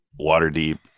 Waterdeep